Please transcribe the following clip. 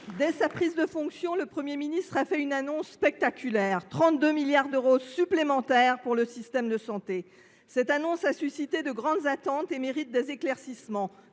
dès sa prise de fonctions, le Premier ministre a fait une annonce spectaculaire : 32 milliards d’euros supplémentaires pour le système de santé. Cette annonce a suscité de grandes attentes et mérite des éclaircissements.